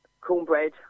Cornbread